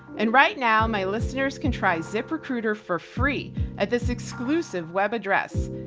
and right now my listeners can try ziprecruiter for free at this exclusive web address.